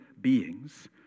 beings